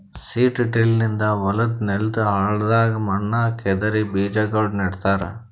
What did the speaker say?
seed drill ನಿಂದ ಹೊಲದ್ ನೆಲದ್ ಆಳದಾಗ್ ಮಣ್ಣ ಕೆದರಿ ಬೀಜಾಗೋಳ ನೆಡ್ತಾರ